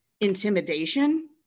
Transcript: intimidation